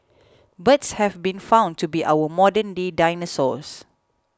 birds have been found to be our modernday dinosaurs